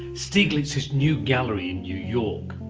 stieglitz's new gallery in new york.